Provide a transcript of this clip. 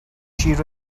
she